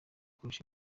kurusha